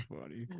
funny